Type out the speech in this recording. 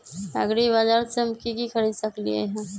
एग्रीबाजार से हम की की खरीद सकलियै ह?